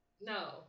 No